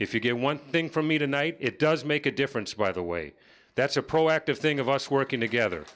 if you get one thing for me tonight it does make a difference by the way that's a proactive thing of us working together